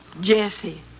Jesse